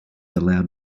allowed